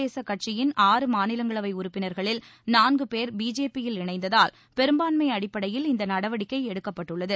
தேச கட்சியின் ஆறு மாநிலங்களவை உறுப்பினா்களில் நான்கு பேர் பிஜேபியில் தெலுங்கு இணைந்ததால் பெரும்பான்மை அடிப்படையில் இந்த நடவடிக்கை எடுக்கப்பட்டுள்ளது